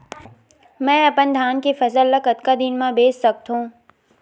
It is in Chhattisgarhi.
मैं अपन धान के फसल ल कतका दिन म बेच सकथो?